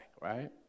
Right